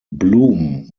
blum